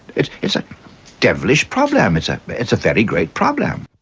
it's it's a devilish problem, it's like but it's a very great problem.